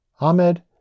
Ahmed